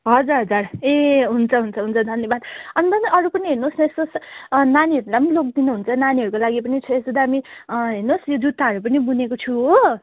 हजुर हजुर ए हुन्छ हुन्छ हुन्छ धन्यवाद अन्त नि अरू पनि हेर्नुहोस् न यसो नानीहरूलाई पनि लगिदिनु हुन्छ नानीहरूको लागि पनि छ यस्तो दामी हेर्नुहोस् यो जुत्ताहरू पनि बुनेको छु हो